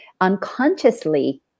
unconsciously